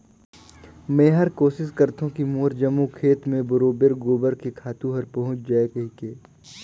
मेहर कोसिस करथों की मोर जम्मो खेत मे बरोबेर गोबर के खातू हर पहुँच जाय कहिके